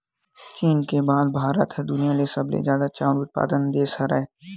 चीन के बाद भारत ह दुनिया म सबले जादा चाँउर उत्पादक देस हरय